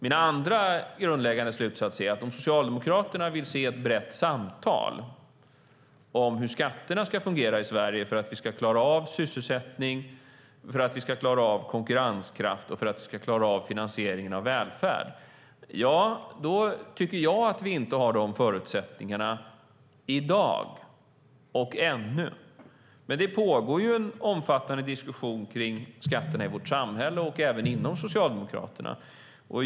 Min andra slutsats är att om Socialdemokraterna vill se ett brett samtal om hur skatterna ska fungera i Sverige för att vi ska klara av sysselsättning, konkurrenskraft och finansieringen av välfärden tycker jag inte att vi har de förutsättningarna i dag, inte än. Dock pågår det en omfattande diskussion om skatterna i vårt samhälle och även inom Socialdemokraterna.